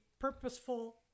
purposeful